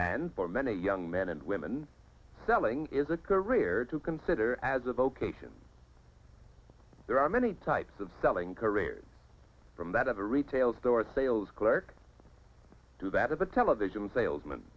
and for many young men and women selling is a career to consider as a vocation there are many types of selling careers from that of a retail store sales clerk to that of a television salesman